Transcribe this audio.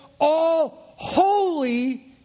all-holy